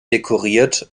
dekoriert